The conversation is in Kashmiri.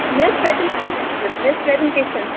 مےٚ حظ چھِ پریزَنٹیشن وُںکٮیٚنس مےٚ حظ چھِ پریزَنٹیشن